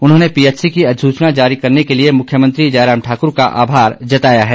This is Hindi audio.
उन्होंने पीएचसी की अधिसूचना जारी करने के लिए मुख्यमंत्री जयराम ठाकुर का आभार जताया है